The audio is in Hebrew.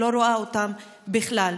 לא רואה אותם בכלל,